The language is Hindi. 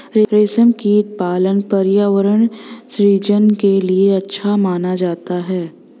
रेशमकीट पालन पर्यावरण सृजन के लिए अच्छा माना जाता है